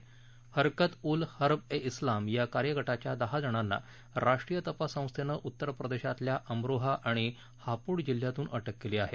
हरकत उल हर्ब ए इस्लाम या कार्यगटाच्या दहा जणांना राष्ट्रीय तपास संस्थेनं उत्तरप्रदेशातल्या अमरोहा आणि हापूड जिल्ह्यातून अटक केली आहे